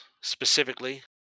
specifically